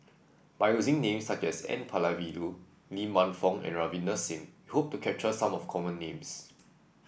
by using names such as N Palanivelu Lee Man Fong and Ravinder Singh we hope to capture some of the common names